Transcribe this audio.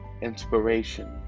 inspiration